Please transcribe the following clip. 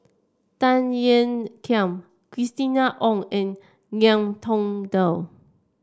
Tan Ean Kiam Christina Ong and Ngiam Tong Dow